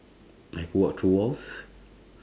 like walk through walls